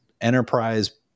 Enterprise